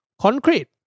Concrete